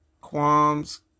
qualms